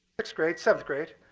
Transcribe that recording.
sixth grade, seventh grade,